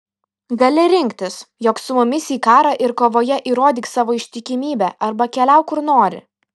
gali rinktis jok su mumis į karą ir kovoje įrodyk savo ištikimybę arba keliauk kur nori